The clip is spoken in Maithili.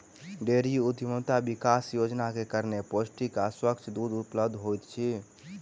डेयरी उद्यमिता विकास योजना के कारण पौष्टिक आ स्वच्छ दूध उपलब्ध होइत अछि